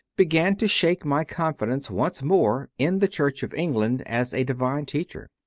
began to shake my confidence once more in the church of england as a divine teacher.